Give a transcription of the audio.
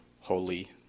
holy